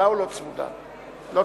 צמודה.